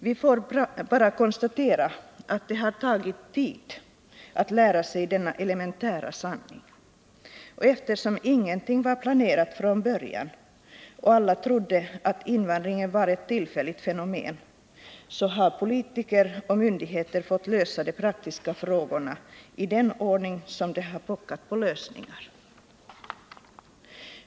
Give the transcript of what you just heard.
Vi får bara konstatera att det har tagit tid att lära sig denna elementära sanning, och eftersom ingenting var planerat från början och alla trodde att invandringen var ett tillfälligt fenomen så har politiker och myndigheter fått lösa de praktiska frågorna i den ordning som de har pockat på lösningar.